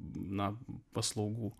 na paslaugų